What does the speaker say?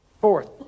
Fourth